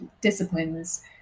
disciplines